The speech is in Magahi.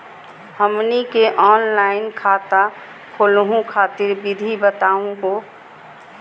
हमनी के ऑनलाइन खाता खोलहु खातिर विधि बताहु हो?